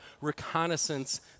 reconnaissance